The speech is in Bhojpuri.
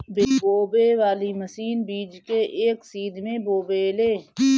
बोवे वाली मशीन बीज के एक सीध में बोवेले